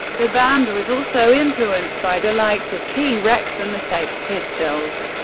the band was also influenced by the likes of t. rex and the sex pistols.